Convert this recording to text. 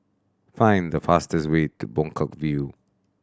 find the fastest way to Buangkok View